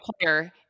player